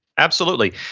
absolutely.